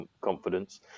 confidence